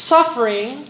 Suffering